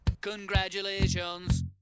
Congratulations